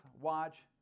watch